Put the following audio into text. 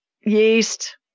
Yeast